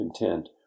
intent